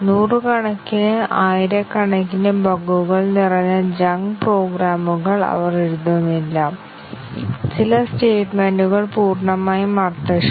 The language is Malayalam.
ഫോൾട്ട് അടിസ്ഥാനമാക്കിയുള്ള പരിശോധനയുടെ ഉദാഹരണത്തിൽ ഞങ്ങൾ മ്യൂട്ടേഷൻ ടെസ്റ്റിംഗ് പറഞ്ഞു